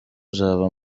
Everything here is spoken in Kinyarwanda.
uzaba